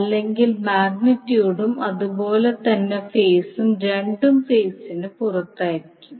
അല്ലെങ്കിൽ മാഗ്നിറ്റ്യൂഡും അതുപോലെ തന്നെ ഫേസും രണ്ടും ഫേസിന് പുറത്തായിരിക്കും